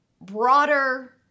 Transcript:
broader